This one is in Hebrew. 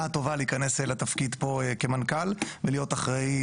טובה להיכנס לתפקיד פה כמנכ"ל ולהיות אחראי,